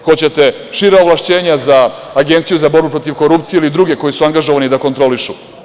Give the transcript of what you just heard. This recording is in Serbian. Hoćete šira ovlašćenja za Agenciju za borbu protiv korupcije ili druge koji su angažovani da kontrolišu?